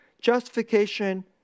justification